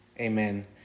Amen